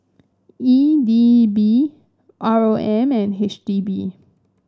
E D B R O M and H D B